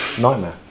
nightmare